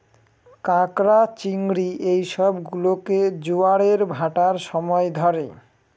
ক্যাঁকড়া, চিংড়ি এই সব গুলোকে জোয়ারের ভাঁটার সময় ধরে